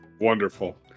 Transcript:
Wonderful